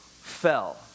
fell